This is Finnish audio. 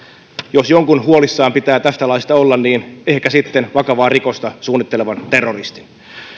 jos jonkun huolissaan pitää tästä laista olla niin ehkä sitten vakavaa rikosta suunnittelevan terroristin